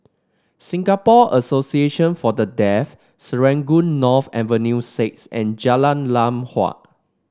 Singapore Association For The Deaf Serangoon North Avenue Six and Jalan Lam Huat